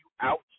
out